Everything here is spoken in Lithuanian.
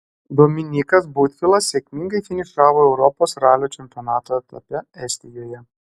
dominykas butvilas sėkmingai finišavo europos ralio čempionato etape estijoje